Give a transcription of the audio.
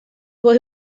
boy